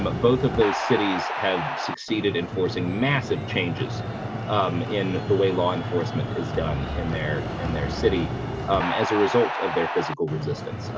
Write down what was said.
but both of those cities have succeeded in forcing massive changes um in the way law enforcement is done in their in their city, um as a result of their physical resistance, ah,